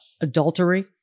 adultery